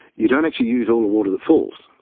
you don't actually use all the water that falls.